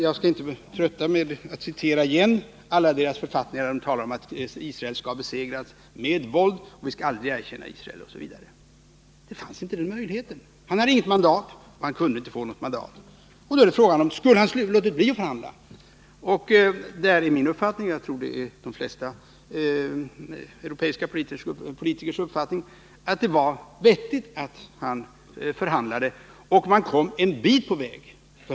Jag skall inte trötta kammaren med att återigen citera alla de författningar i vilka PLO talar om att Israel skall besegras med våld, att de aldrig skall erkänna Israel, osv. Sadat hade alltså inga möjligheter att fatta något beslut beträffande Västbanken. Han hade inget mandat, och han kunde inte få något sådant. Frågan är då: Skulle han ha låtit bli att förhandla? Där är min uppfattning, och jag tror också de flesta andra politikers, att det var vettigt att Sadat förhandlade, så att man kom en bit på väg.